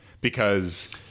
Because-